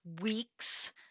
weeks